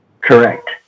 Correct